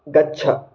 गच्छ